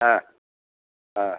ಹಾಂ ಹಾಂ